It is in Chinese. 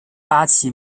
八旗